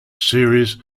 series